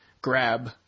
grab